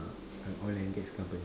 a oil and gas company